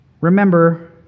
Remember